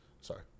sorry